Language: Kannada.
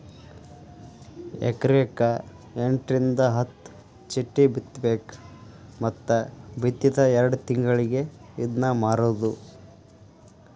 ಎಕರೆಕ ಎಂಟರಿಂದ ಹತ್ತ ಚಿಟ್ಟಿ ಬಿತ್ತಬೇಕ ಮತ್ತ ಬಿತ್ತಿದ ಎರ್ಡ್ ತಿಂಗಳಿಗೆ ಇದ್ನಾ ಮಾರುದು